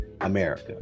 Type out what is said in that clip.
america